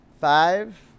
Five